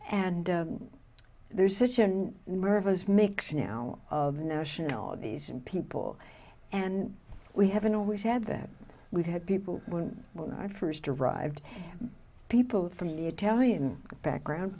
d there's such an nervous mix now of nationalities and people and we haven't always had that we've had people when i first arrived people from the italian background